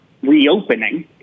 reopening